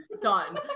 done